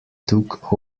took